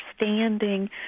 understanding